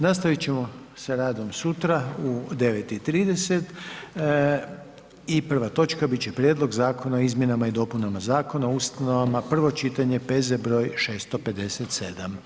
Nastavit ćemo sa radom sutra u 9 i 30 i prva točka bit će Prijedlog Zakona o izmjenama i dopunama Zakona o ustanovama, prvo čitanje, P.Z. broj 657.